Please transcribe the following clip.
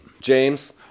James